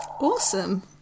Awesome